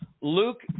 Luke